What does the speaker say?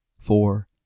four